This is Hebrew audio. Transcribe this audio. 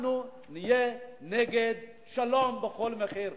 אנחנו נהיה נגד שלום בכל מחיר.